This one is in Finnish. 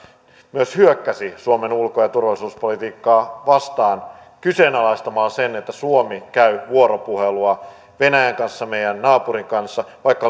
myös hyökkäsi suomen ulko ja turvallisuuspolitiikkaa vastaan kyseenalaistaen sen että suomi käy vuoropuhelua venäjän kanssa meidän naapurimme kanssa vaikka